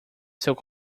seus